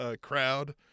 crowd